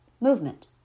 movement